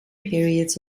periods